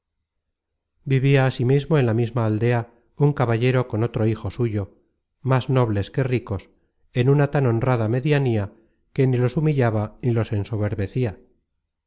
infinita vivia ansimismo en la misma aldea un caballero con otro hijo suyo más nobles que ricos en una tan honrada medianía que ni los humillaba ni los ensoberbecia